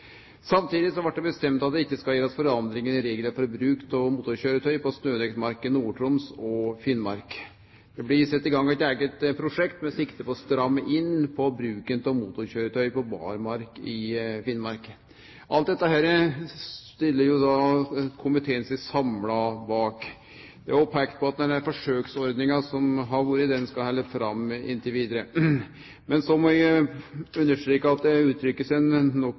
Samtidig blei det bestemt at det ikkje skal gjerast forandringar i reglane for bruk av motorkjøretøy på snødekt mark i Nord-Troms og Finnmark. Det blir sett i gang eit eige prosjekt, med sikte på å stramme inn på bruken av motorkjøretøy på barmark i Finnmark. Alt dette stiller komiteen seg samla bak. Det er òg peikt på at den forsøksordninga som har vore, skal halde fram inntil vidare. Eg må understreke at